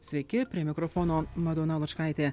sveiki prie mikrofono madona lučkaitė